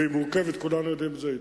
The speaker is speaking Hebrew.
והיא מורכבת, כולנו יודעים את זה היטב.